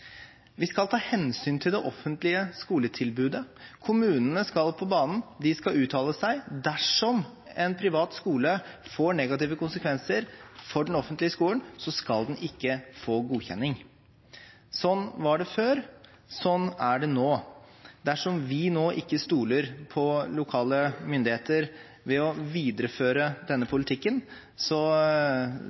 Vi skal ta hensyn til det offentlige skoletilbudet. Kommunene skal på banen, de skal uttale seg. Dersom en privat skole får negative konsekvenser for den offentlige skolen, skal den ikke få godkjenning. Slik var det før, slik er det nå. Dersom vi nå ikke stoler på lokale myndigheter ved å videreføre denne politikken,